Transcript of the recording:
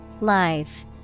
Live